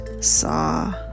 saw